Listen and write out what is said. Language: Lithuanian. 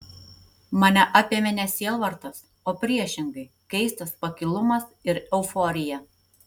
mane apėmė ne sielvartas o priešingai keistas pakilumas ir euforija